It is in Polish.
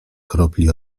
kropli